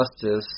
justice